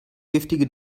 giftige